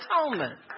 atonement